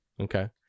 Okay